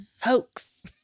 hoax